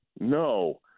No